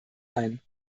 ein